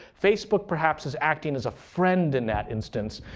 facebook perhaps is acting as a friend in that instance,